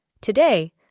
Today